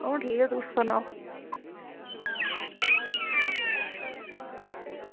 अंऊ ठीक ऐ तुस सनाओ